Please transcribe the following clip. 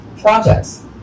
Projects